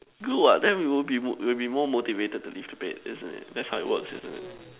good what then we will be we will be more motivated to leave the bed isn't that's how it works isn't it